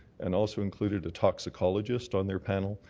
and also included a toxicologist on their panel.